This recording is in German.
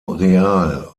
real